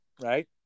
right